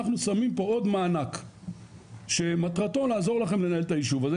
אנחנו שמים פה עוד מענק שמטרתו לעזור לכם לנהל את היישוב הזה,